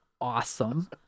awesome